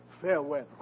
Farewell